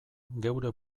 geure